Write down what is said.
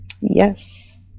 Yes